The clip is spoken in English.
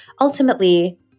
ultimately